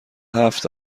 هفت